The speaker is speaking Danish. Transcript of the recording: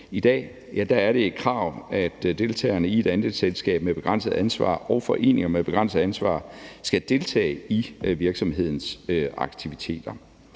I dag er det et krav, at deltagerne i et andelsselskab med begrænset ansvar og foreninger med begrænset ansvar skal deltage i virksomhedens aktiviteter.